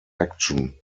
action